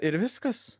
ir viskas